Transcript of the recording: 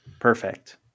Perfect